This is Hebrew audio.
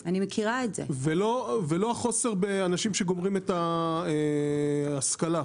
ולא חוסר באנשים שגומרים את ההשכלה.